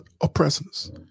oppressors